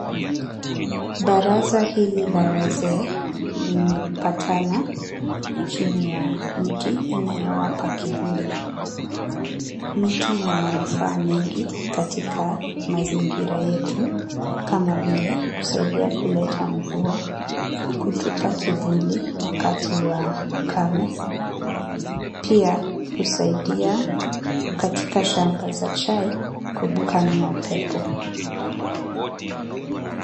Baraza hili la wazee limepatana chini ya mti inayowapata kivuli. Miti ina manufaa mengi katika mazingira yetu kama vile, kusaidia kuleta mvua, kutupa kivuli wakati ukame, pia husaidia katika shamba za chai kuepukana na upepo.